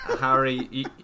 Harry